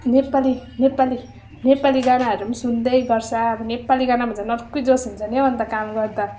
नेपाली नेपाली नेपाली गानाहरू पनि सुन्दै गर्छ अब नेपाली गानामा त झन् अर्कै जोस हुन्छ नि हो अन्त काम गर्दा